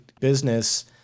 business